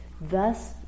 Thus